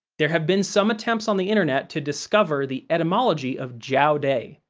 there have been some attempts on the internet to discover the etymology of jowday,